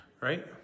Right